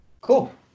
Cool